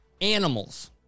animals